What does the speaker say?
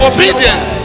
Obedience